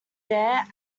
there